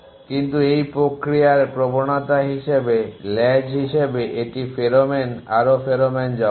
কিন্তু এই প্রক্রিয়ায় প্রবণতা হিসাবে লেজ হিসাবে এটি ফেরোমন আরো ফেরোমন জমা হয়